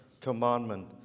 commandment